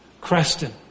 Creston